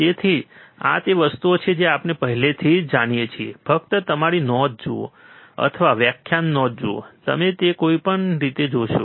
તેથી આ તે વસ્તુઓ છે જે આપણે પહેલાથી જાણીએ છીએ ફક્ત તમારી નોંધો જુઓ અથવા વ્યાખ્યાન નોંધો જુઓ અને તમે કોઈપણ રીતે જોશો